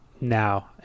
now